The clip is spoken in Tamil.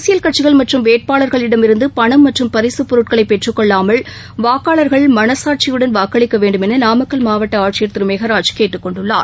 அரசியல் கட்சிகள் மற்றும் வேட்பாளர்களிடமிருந்து பணம் மற்றும் பரிசுப் பொருட்களை பெற்றுக் கொள்ளாமல் வாக்காளர்கள் மனசாட்சியுடன் வாக்களிக்க வேண்டும் எள நாமக்கல் மாவட்ட ஆட்சியர் திரு மெகராஜ் கேட்டுக் கொண்டுள்ளார்